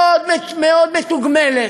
מאוד מאוד מתוגמלת.